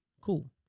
Cool